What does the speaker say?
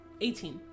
18